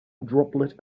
droplet